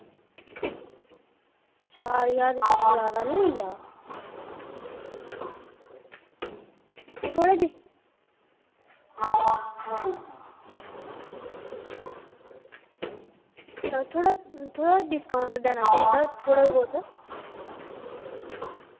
चार ज्हार कुछ जैदा निं होई गेआ थोह्ड़ा डिस्काउंट देना चाहिदा थोह्ड़ा बौह्त